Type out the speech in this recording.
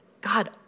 God